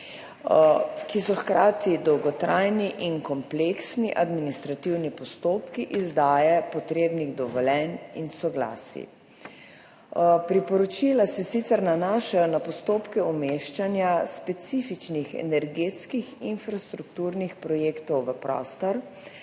ki so hkrati dolgotrajni in kompleksni administrativni postopki izdaje potrebnih dovoljenj in soglasij. Priporočila se sicer nanašajo na postopke umeščanja specifičnih energetskih infrastrukturnih projektov v prostor,